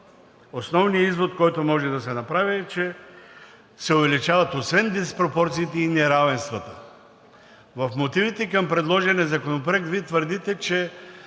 основният извод, който може да се направи, е, че се увеличават освен диспропорциите и неравенствата. В мотивите към предложения законопроект Вие твърдите, че